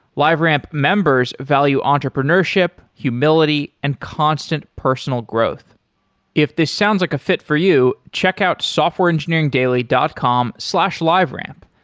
liveramp members value entrepreneurship, humility and constant personal growth if this sounds like a fit for you, check out softwareengineeringdaily dot com slash liveramp.